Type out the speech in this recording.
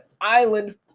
island